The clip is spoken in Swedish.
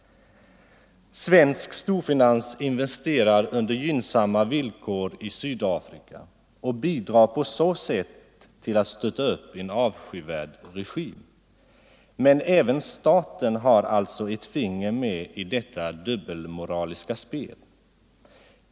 Svensk storfinans investerar under gynnsamma villkor i Sydafrika och bidrar på det sättet till att stötta upp en avskyvärd regim. Men även staten har alltså ett finger med i detta dubbelmoralspel.